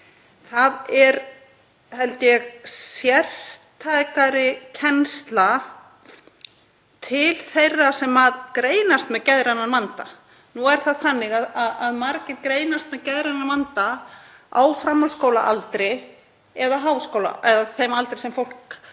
aðeins inn á sértækari kennslu til þeirra sem greinast með geðrænan vanda. Nú er það þannig að margir greinast með geðrænan vanda á framhaldsskólaaldri eða á þeim aldri sem flest